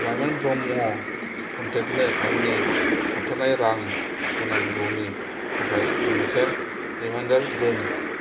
लाइमोन ब्रह्म कन्टेक आंनि थाबथानाय रां होनांगौनि थाखाय मोनसे रिमाइन्दार दोन